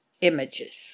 images